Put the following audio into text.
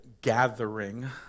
gathering